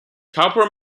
cowper